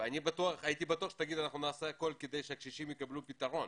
והייתי בטוח שתגיד: אנחנו נעשה הכול כדי שהקשישים יקבלו פתרון.